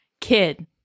kid